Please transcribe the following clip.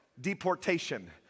deportation